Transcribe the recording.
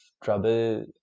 trouble